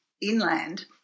inland